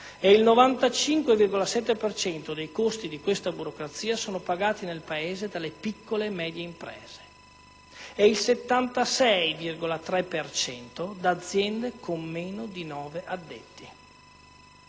per cento dei costi di questa burocrazia sono pagati nel Paese dalle piccole e medie imprese e il 76,3 per cento da aziende con meno di nove addetti.